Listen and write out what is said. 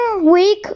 week